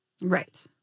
right